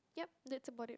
yup that's about it